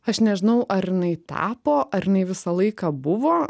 aš nežinau ar jinai tapo ar jinai visą laiką buvo